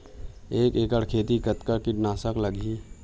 एक एकड़ खेती कतका किट नाशक लगही?